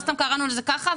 לא סתם קראנו לזה ככה.